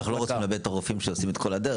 אבל אנחנו לא רוצים לאבד את הרופאים שעושים את כל הדרך.